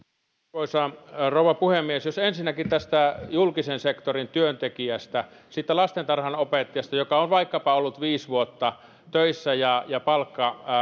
arvoisa rouva puhemies ensinnäkin tästä julkisen sektorin työntekijästä siitä lastentarhanopettajasta joka on vaikkapa ollut viisi vuotta töissä ja jonka palkka on